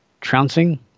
Trouncing